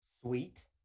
Sweet